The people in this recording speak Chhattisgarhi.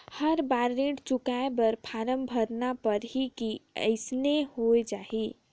हर बार ऋण चुकाय बर फारम भरना पड़ही की अइसने हो जहीं?